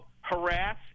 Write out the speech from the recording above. harass